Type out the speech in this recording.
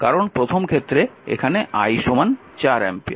কারণ প্রথম ক্ষেত্রে এখানে I 4 অ্যাম্পিয়ার